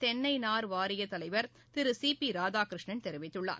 தென்னை நார் வாரிய தலைவர் திரு சி பி ராதாகிருஷ்ணன் தெரிவித்துள்ளார்